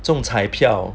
中彩票